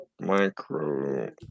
micro